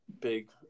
big